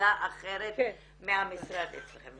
נציגה אחרת מהמשרד אצלכם.